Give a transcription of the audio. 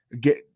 get